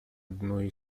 одной